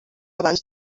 abans